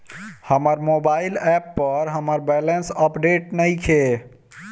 हमर mobile app पर हमर बैलेंस अपडेट नइखे